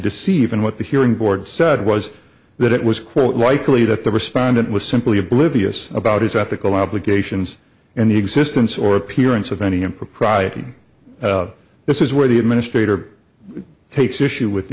deceive and what the hearing board said was that it was quote likely that the respondent was simply a bolivia's about his ethical obligations and the existence or appearance of any impropriety this is where the administrator takes issue with the